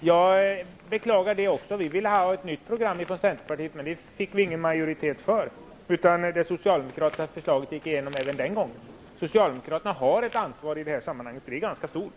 Jag beklagar det också. Vi ville från Centerpartiet ha ett nytt program. Men det fick vi ingen majoritet för. Det socialdemokratiska förslaget gick igenom även den gången. Socialdemokraterna har ett ansvar i detta sammanhang, och det är ganska stort.